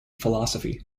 philosophy